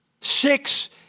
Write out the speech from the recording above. Six